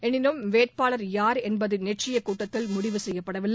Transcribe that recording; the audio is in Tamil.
எனினும் வேட்பாளர் யார் என்பது நேற்றைய கூட்டத்தில் முடிவு செய்யப்படவில்லை